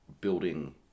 building